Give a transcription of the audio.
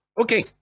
okay